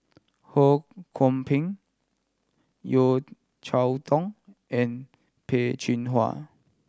Ho Kwon Ping Yeo Cheow Tong and Peh Chin Hua